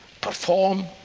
perform